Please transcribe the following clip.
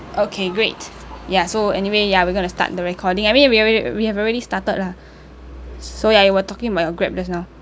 okay great ya so anyway ya we gonna start the recording I mean we already we have already started lah so ya you were talking about your grab just now